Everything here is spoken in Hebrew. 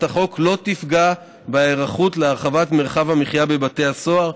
החוק לא תפגע בהיערכות להרחבת מרחב המחיה בבתי הסוהר,